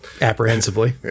apprehensively